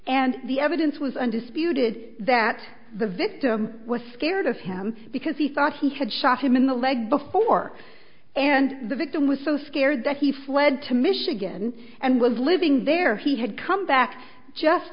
and the evidence was undisputed that the victim was scared of him because he thought he had shot him in the leg before and the victim was so scared that he fled to michigan and was living there he had come back just